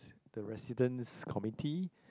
the resident's community